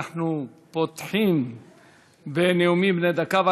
אנחנו פותחים בנאומים בני דקה,